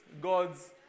God's